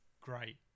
great